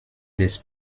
des